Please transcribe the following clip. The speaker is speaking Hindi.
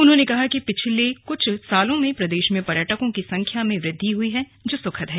उन्होंने कहा कि पिछले कुछ सालों में प्रदेश में पर्यटकों की संख्या में वृद्धि हुई है जो सुखद है